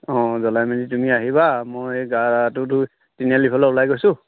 অঁ জ্বলাই মেলি তুমি আহিবা মই এই গাটো ধুই তিনিআলিফালে ওলাই গৈছোঁ